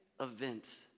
event